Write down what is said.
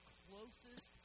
closest